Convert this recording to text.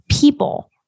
People